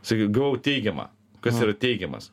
sakydavo gavau teigiamą kas yra teigiamas